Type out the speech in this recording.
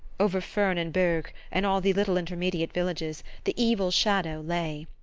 over furnes and bergues, and all the little intermediate villages, the evil shadow lay.